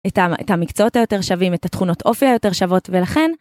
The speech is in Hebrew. את המקצועות היותר שווים, את התכונות אופי היותר שוות, ולכן...